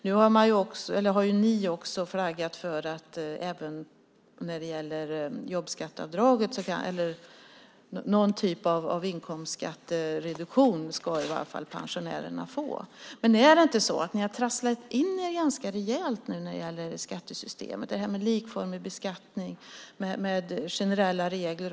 Nu har ni också flaggat för att i varje fall pensionärerna ska få jobbskatteavdraget eller någon typ av inkomstskattereduktion. Men är det inte så att ni har trasslat in er ganska rejält när det gäller skattesystemet? Jag tänker på den likformiga beskattningen med generella regler.